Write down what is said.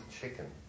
chicken